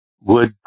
wood